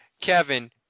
Kevin